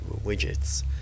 widgets